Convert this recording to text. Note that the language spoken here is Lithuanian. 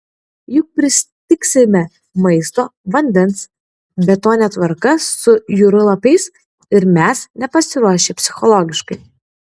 juk pristigsime maisto vandens be to netvarka su jūrlapiais ir mes nepasiruošę psichologiškai